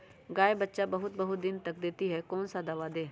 गाय बच्चा बहुत बहुत दिन तक नहीं देती कौन सा दवा दे?